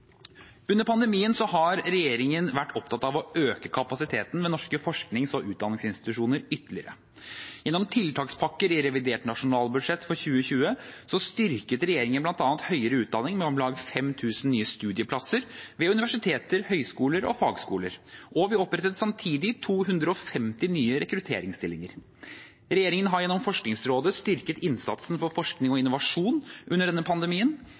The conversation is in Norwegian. Under pandemien har regjeringen vært opptatt av å øke kapasiteten ved norske forsknings- og utdanningsinstitusjoner ytterligere. Gjennom tiltakspakker i revidert nasjonalbudsjett for 2020 styrket regjeringen bl.a. høyere utdanning med om lag 5 000 nye studieplasser ved universiteter, høyskoler og fagskoler, og vi opprettet samtidig 250 nye rekrutteringsstillinger. Regjeringen har gjennom Forskningsrådet styrket innsatsen for forskning og innovasjon under denne pandemien.